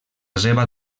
seva